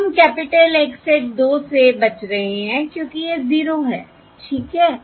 हम capital X hat 2 से बच रहे हैं क्योंकि यह 0 है ठीक है